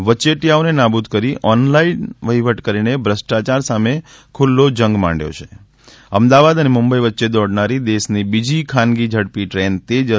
વચેટિયાઓને નાબૂદ કરી ઑનલાઇન વહીવટ કરીને ભ્રષ્ટાચાર સામે ખૂલ્લો જંગ માંડ્યો છે અમદાવાદ અને મુંબઈ વચ્ચે દોડનારી દેશની બીજી ખાનગી ઝડપી દ્રેન તેજસ